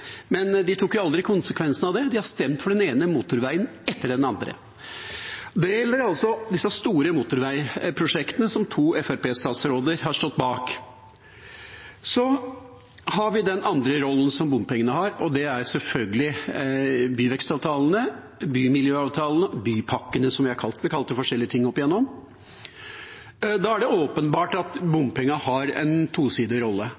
Men de tok aldri konsekvensene av det. De har stemt for den ene motorveien etter den andre. Det gjelder altså disse store motorveiprosjektene som to Fremskrittsparti-statsråder har stått bak. Så har vi den andre rollen som bompengene har, og det er selvfølgelig i forbindelse med byvekstavtalene, bymiljøavtalene, bypakkene – vi har kalt dem forskjellige ting opp gjennom. Det er åpenbart at bompengene har en tosidig rolle.